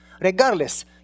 Regardless